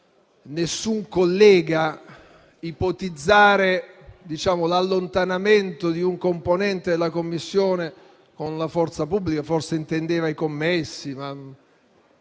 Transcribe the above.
nessun collega ipotizzare l'allontanamento di un componente della Commissione con la forza pubblica: forse intendeva gli assistenti.